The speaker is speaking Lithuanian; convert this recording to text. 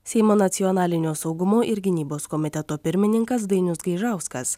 seimo nacionalinio saugumo ir gynybos komiteto pirmininkas dainius gaižauskas